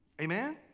Amen